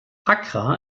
accra